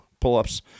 pull-ups